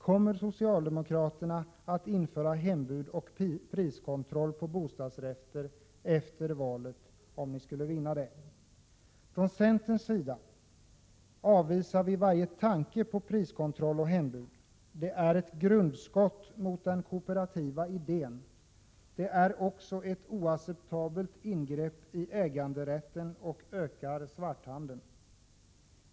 Kommer ni socialdemokrater att införa hembud och priskontroll på bostadsrätter efter valet om ni skulle vinna det? Från centerns sida avvisar vi varje tanke på priskontroll och hembud. Det är ett grundskott mot den kooperativa idén. Det är också ett oacceptabelt ingrepp i äganderätten och ökar svarthandeln.